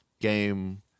game